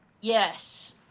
Yes